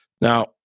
Now